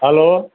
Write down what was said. hello